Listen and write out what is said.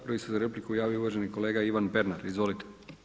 Prvi se za repliku javio uvaženi kolega Ivan Pernar, izvolite.